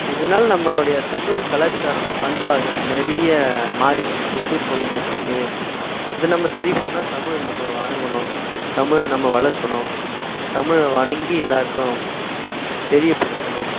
இதனால் நம்மளுடைய தமிழ் கலாச்சாரம் பண்பாடு நிறைய மாறிட்டிருக்கு சீர் குலைஞ்சிட்டிருக்கு இதை நம்ம சரி பண்ணிணா தமிழை நம்ப வணங்கணும் தமிழை நம்ம வளர்க்கணும் தமிழை வணங்கி எல்லோருக்கும் தெரியப்படுத்தணும்